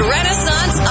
Renaissance